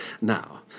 Now